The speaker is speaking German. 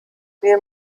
wir